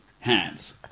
hands